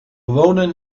wonen